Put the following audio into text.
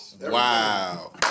Wow